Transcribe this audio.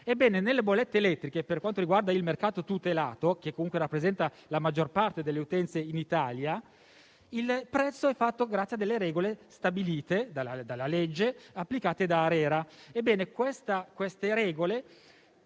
nelle bollette elettriche, per quanto riguarda il mercato tutelato, che rappresenta la maggior parte delle utenze in Italia, il prezzo è fatto grazie a delle regole, stabilite dalla legge e applicate da ARERA;